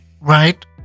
right